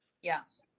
yes,